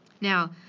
Now